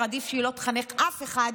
עדיף שהיא לא תחנך אף אחד,